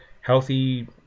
healthy